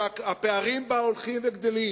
שהפערים בה הולכים וגדלים.